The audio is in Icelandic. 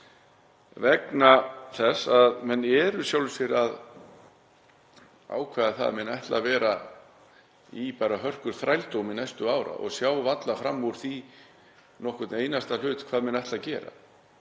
vegna þess að menn eru í sjálfu sér að ákveða það að vera bara í hörkuþrældómi næstu ár og sjá varla fram úr því nokkurn einasta hlut hvað menn ætla að gera.